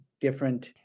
different